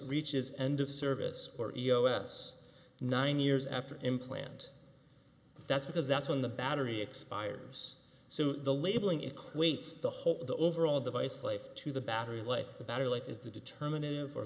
reaches end of service or less nine years after implant that's because that's when the battery expires so the labeling equates the whole the overall device life to the battery life the battery life is the determinant for